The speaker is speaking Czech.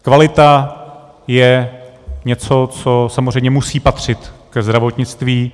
Kvalita je něco, co samozřejmě musí patřit ke zdravotnictví.